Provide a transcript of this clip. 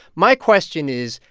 my question is,